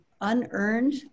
unearned